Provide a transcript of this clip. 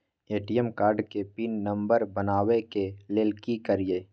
ATM card के PIN number बनाबै के लेल की करिए?